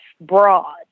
broad